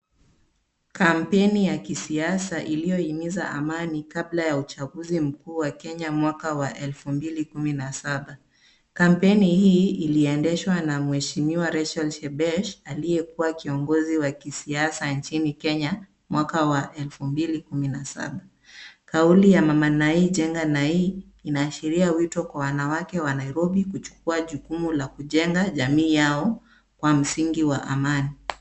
Kampeni ya kisiasa iliyohimiza amani kabla ya uchaguzi mkuu wa Kenya mwaka wa elfu mbili kumi na saba. Kampeni hii iliendeshwa na mheshimiwa Rachel Shebesh aliyekua kiongozi wa kisiasa nchini Kenya mwaka wa elfu mbili kumi na saba. Kauli ya Mama Nai , jenga Nai inaashiria wito kwa wanawake wa Nairobi kuchukua jukumu la kujenga jamii yao kwa msingi wa amani.